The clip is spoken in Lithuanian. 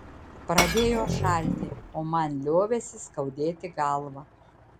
pradėjo šalti o man liovėsi skaudėti galvą